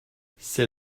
c’est